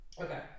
Okay